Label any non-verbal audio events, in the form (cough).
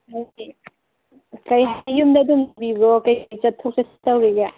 (unintelligible) ꯀꯔꯤ ꯍꯥꯏ ꯌꯨꯝꯗ ꯑꯗꯨꯝ ꯂꯩꯕꯤꯕ꯭ꯔꯣ ꯀꯔꯤ ꯀꯔꯤ ꯆꯠꯊꯣꯛ ꯆꯠꯁꯤꯟ ꯇꯧꯔꯤꯒꯦ